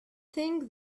think